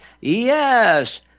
Yes